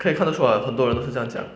可以看得出 ah 很多人都是这样讲